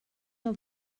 del